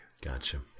Gotcha